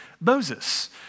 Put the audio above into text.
Moses